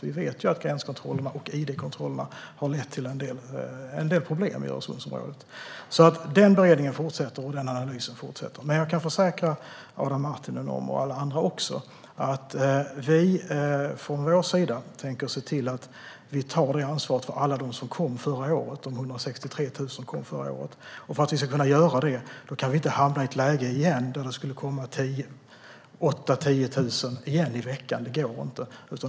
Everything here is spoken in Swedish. Vi vet att gränskontrollerna och id-kontrollerna har lett till en del problem i Öresundsområdet. Den beredningen och den analysen fortsätter. Jag kan försäkra Adam Marttinen och också alla andra om att vi från vår sida tänker se till att vi tar ansvar för alla de 163 000 som kom förra året. För att vi ska kunna göra det kan vi inte igen hamna i ett läge där det skulle komma 8 000-10 000 i veckan. Det går inte.